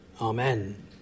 Amen